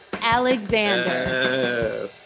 Alexander